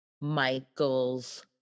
Michael's